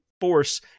force